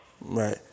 Right